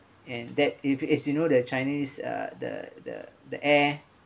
and that if it's you know that chinese uh the the the air